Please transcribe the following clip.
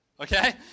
okay